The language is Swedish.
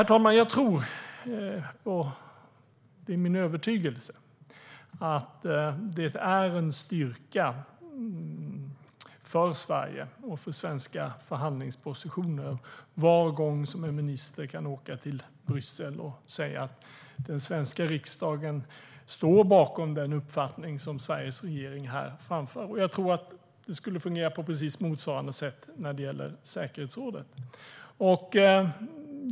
Det är min övertygelse att det är en styrka för Sverige och svenska förhandlingspositioner varje gång en minister kan åka till Bryssel och säga att den svenska riksdagen står bakom den uppfattning som Sveriges regering framför. Jag tror att det skulle fungera på precis motsvarande sätt när det gäller säkerhetsrådet.